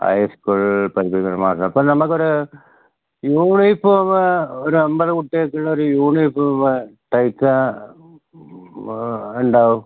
high school പഠിപ്പിക്കുന്ന മാഷാണ് അപ്പം നമുക്ക് ഒരു യൂണിഫോർം ഒരു ആൻപത് കുട്ടികൾക്കുള്ള യൂണിഫോർം തയ്ക്കാൻ എന്താവും